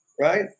Right